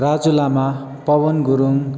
Raju Lama Pawan Gurung